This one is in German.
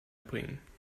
bringen